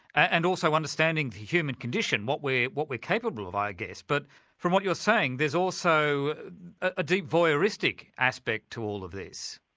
and also understanding the human condition, what we're what we're capable of i guess. but from what you're saying, there's also a deep voyeuristic aspect to all of this.